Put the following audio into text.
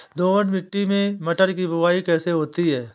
दोमट मिट्टी में मटर की बुवाई कैसे होती है?